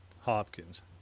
Hopkins